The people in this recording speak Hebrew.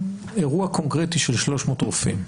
אירוע קונקרטי של 300 רופאים,